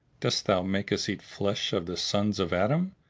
dost thou make us eat flesh of the sons of adam?